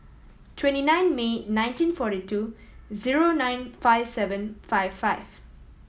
twenty nine May nineteen forty two zero nine five seven five five